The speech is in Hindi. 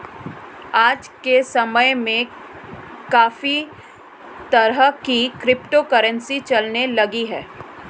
आज के समय में काफी तरह की क्रिप्टो करंसी चलने लगी है